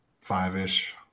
five-ish